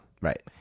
Right